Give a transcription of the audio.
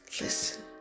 listen